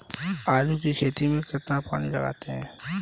आलू की खेती में कितना पानी लगाते हैं?